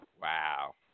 Wow